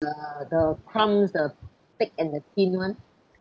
the the crumbs the think and the thin one